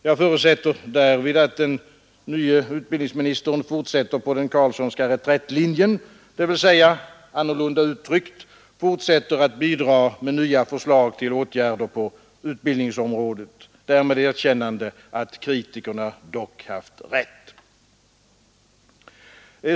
Jag förutsätter därvid att den nye utbildningsministern fortsätter på den Carlssonska reträttlinjen, dvs., annorlunda uttryckt, fortsätter att bidra med nya förslag till åtgärder på utbildningsområdet, därmed erkännande att kritikerna dock haft rätt.